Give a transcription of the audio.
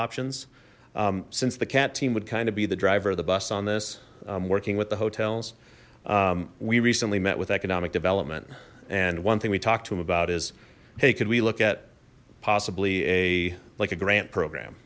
options since the cat team would kind of be the driver of the bus on this working with the hotels we recently met with economic development and one thing we talked to him about is hey could we look at possibly a like a grant program